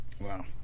Wow